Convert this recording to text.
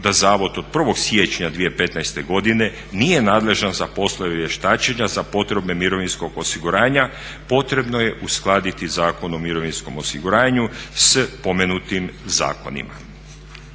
da zavod od 1. siječnja 2015. godine nije nadležan za poslove vještačenja za potrebe mirovinskog osiguranja potrebno je uskladiti Zakon o mirovinskom osiguranju s spomenutim zakonima.